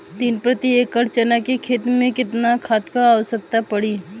तीन प्रति एकड़ चना के खेत मे कितना खाद क आवश्यकता पड़ी?